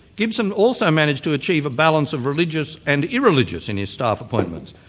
gibson also managed to achieve a balance of religious and irreligious in his staff appointments.